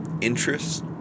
interests